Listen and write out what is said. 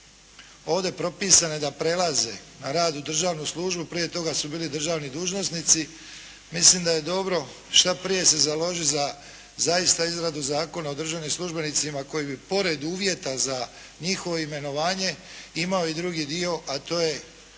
ovdje propisane da prelaze na rad u državnu službu prije toga su bili državni dužnosnici, mislim da je dobro šta prije se založiti za zaista izradu Zakona o državnim službenicima koji bi pored uvjeta za njihovo imenovanje imao i drugi dio, a to je